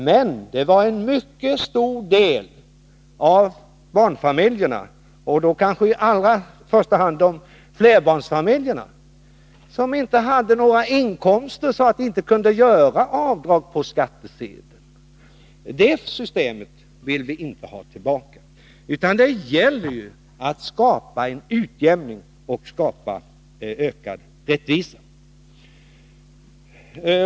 Men det var en mycket stor del av barnfamiljerna — kanske i första hand flerbarnsfamiljerna — som inte hade några inkomster så att de kunde få avdrag på skatten. Detta system vill vi inte ha tillbaka, utan det gäller att skapa en utjämning och ökad rättvisa.